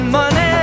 money